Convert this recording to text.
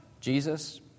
Jesus